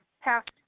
passed